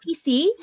PC